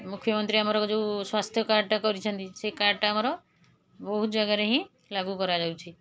ମୁଖ୍ୟମନ୍ତ୍ରୀ ଆମର ଯେଉଁ ସ୍ୱାସ୍ଥ୍ୟ କାର୍ଡ଼ଟା କରିଛନ୍ତି ସେ କାର୍ଡ଼ଟା ଆମର ବହୁତ ଜାଗାରେ ହିଁ ଲାଗୁ କରାଯାଇଛି